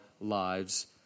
lives